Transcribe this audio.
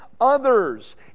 others